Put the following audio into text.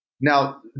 now